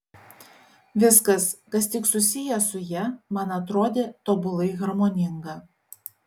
viskas kas tik susiję su ja man atrodė tobulai harmoninga